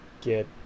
get